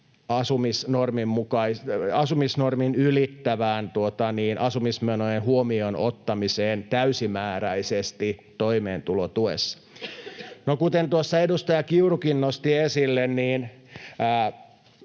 asumisnormin ylittävään asumismenojen huomioon ottamiseen täysimääräisesti toimeentulotuessa.” No, kuten edustaja Kiurukin nosti esille, niin